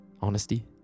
honesty